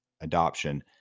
adoption